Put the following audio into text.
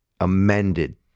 amended